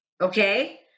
Okay